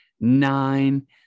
nine